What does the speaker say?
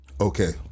Okay